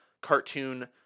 cartoon